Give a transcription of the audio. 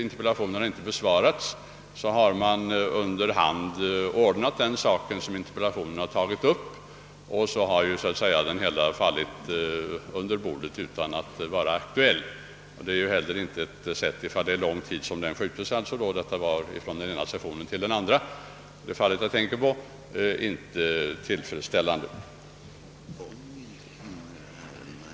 Interpellationen har då så att säga fallit under bordet, enär man hunnit ordna den frå ga interpellanten tagit upp innan man ger svaret. Att svaret uppskjutes så lång tid — i det fall jag tänker på från den ena sessionen till den andra — är långt ifrån tillfredsställande.